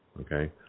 Okay